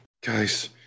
Guys